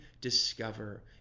discover